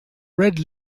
red